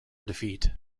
defeat